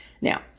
Now